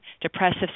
depressive